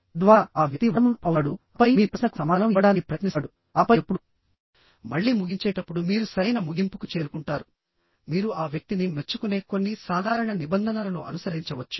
తద్వారా ఆ వ్యక్తి వార్మ్ అప్ అవుతాడుఆపై మీ ప్రశ్నకు సమాధానం ఇవ్వడానికి ప్రయత్నిస్తాడు ఆపై ఎప్పుడు మళ్ళీ ముగించేటప్పుడు మీరు సరైన ముగింపుకు చేరుకుంటారుమీరు ఆ వ్యక్తిని మెచ్చుకునే కొన్ని సాధారణ నిబంధనలను అనుసరించవచ్చు